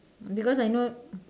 because I know